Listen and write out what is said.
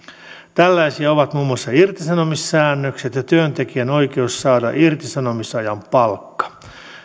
tällaisia ovat muun muassa irtisanomissäännökset ja työntekijän oikeus saada irtisanomisajan palkka